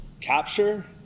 capture